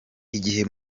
igihe